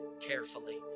carefully